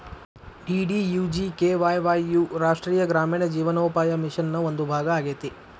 DDUGKY Y U ರಾಷ್ಟ್ರೇಯ ಗ್ರಾಮೇಣ ಜೇವನೋಪಾಯ ಮಿಷನ್ ನ ಒಂದು ಭಾಗ ಆಗೇತಿ